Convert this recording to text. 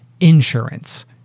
insurance